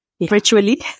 virtually